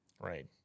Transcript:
Right